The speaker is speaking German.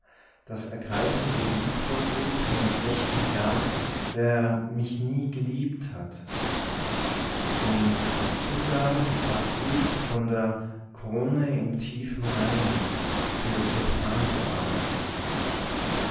das ergreifende lied vortrug von dem schlechten kerl der mich nie geliebt hat und als zugabe das baßlied von der krone im tiefen rhein für sopran bearbeitet